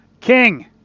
king